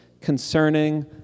concerning